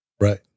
Right